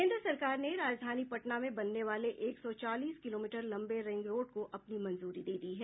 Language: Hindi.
केन्द्र सरकार ने राजधानी पटना में बनने वाले एक सौ चालीस किलोमीटर लंबे रिंग रोड को अपनी मंजूरी दे दी है